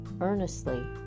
earnestly